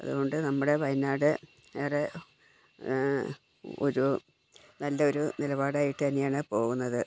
അതുകൊണ്ട് നമ്മുടെ വയനാട് ഏറെ ഒരു നല്ലൊരു നിലപാടായിട്ട് തന്നെയാണ് പോവുന്നത്